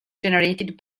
generated